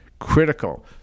Critical